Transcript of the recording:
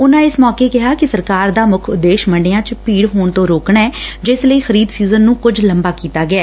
ਉਨਾਂ ਇਸ ਮੌਕੇ ਕਿਹਾ ਕਿ ਸਰਕਾਰ ਦਾ ਮੁੱਖ ਉਦੇਸ਼ ਮੰਡੀਆਂ ਚ ਭੀੜ ਹੋਣ ਤੋਂ ਰੋਕਣੈ ਜਿਸ ਲਈ ਖਰੀਦ ਸੀਜ਼ਨ ਨੂੰ ਕੁੱਝ ਲੰਬਾ ਕੀਤਾਂ ਗਿਐ